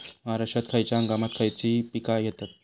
महाराष्ट्रात खयच्या हंगामांत खयची पीका घेतत?